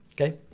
Okay